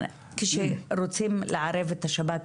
כשרוצים לערב את השב"כ,